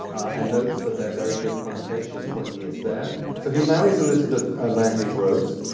and notes that there are very good plantations when he is there. so he marries elizabeth langley rose,